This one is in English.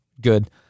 good